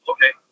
Okay